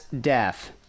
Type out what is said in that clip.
death